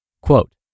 Quote